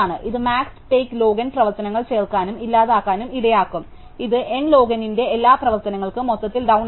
ഇത് max take log N പ്രവർത്തനങ്ങൾ ചേർക്കാനും ഇല്ലാതാക്കാനും ഇടയാക്കും ഇത് N log N ന്റെ N പ്രവർത്തനങ്ങൾക്ക് മൊത്തത്തിൽ ഡൌൺ നൽകും